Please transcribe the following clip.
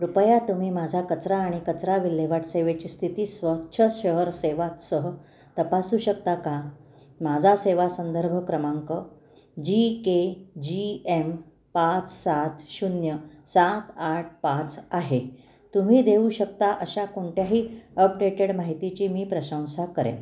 कृपया तुम्ही माझा कचरा आणि कचरा विल्हेवाट सेवेची स्थिती स्वच्छ शहर सेवासह तपासू शकता का माझा सेवा संदर्भ क्रमांक जी के जी एम पाच सात शून्य सात आठ पाच आहे तुम्ही देऊ शकता अशा कोणत्याही अपडेटेड माहितीची मी प्रशंसा करेन